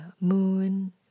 moon